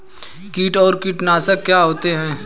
कीट और कीटनाशक क्या होते हैं?